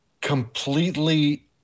completely